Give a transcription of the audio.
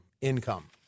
income